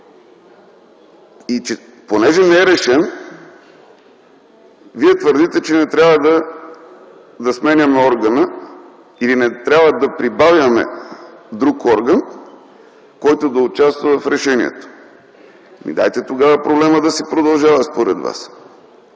че понеже не е решен, Вие твърдите, че не трябва да сменяме органа или не трябва да прибавяме друг орган, който да участва в решението. Дайте тогава проблемът да си продължава, според Вас.